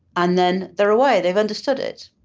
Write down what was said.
and then they're aware. they've understood it.